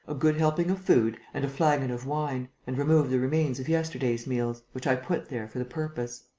a good helping of food and a flagon of wine and removed the remains of yesterday's meals, which i put there for the purpose.